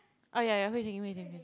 oh ya ya ya Hui-Ting Hui-Ting Hui-Ting